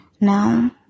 Now